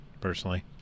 personally